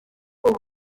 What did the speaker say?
aux